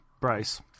Bryce